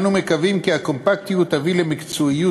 אנו מקווים כי הקומפקטיות תביא למקצועיות